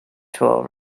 tool